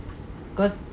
cause